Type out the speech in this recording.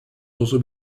also